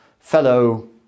fellow